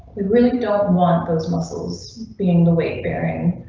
really don't and want those muscles being the weight bearing.